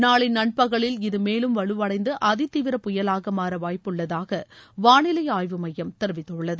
நாளை நண்பகலில் இது மேலும் வலுவடைந்து அதி தீவிர புயலாக மாற வாய்ப்புள்ளதாக வானிலை ஆய்வு மையம் தெரிவித்துள்ளது